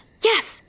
Yes